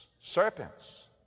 Serpents